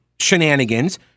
shenanigans